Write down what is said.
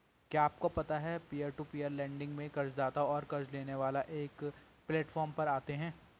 क्या आपको पता है पीयर टू पीयर लेंडिंग में कर्ज़दाता और क़र्ज़ लेने वाला एक प्लैटफॉर्म पर आते है?